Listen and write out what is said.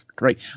right